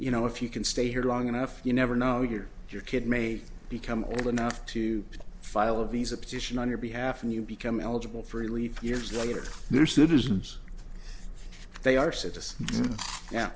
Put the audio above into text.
you know if you can stay here long enough you never know your your kid may become ill enough to file a visa petition on your behalf and you become eligible for relief years later they're citizens they are